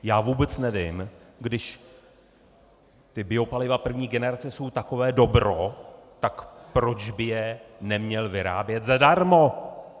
Já vůbec nevím, když ta biopaliva první generace jsou takové dobro, tak proč by je neměl vyrábět zadarmo?